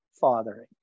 fathering